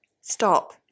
stop